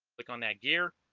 click on that gear